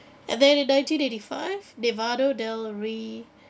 and then in nineteen eighty five nevado del ruiz